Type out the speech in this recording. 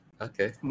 Okay